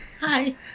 Hi